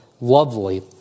lovely